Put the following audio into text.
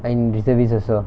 in reservist also ah